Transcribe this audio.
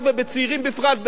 באמריקה ובאירופה,